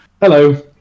Hello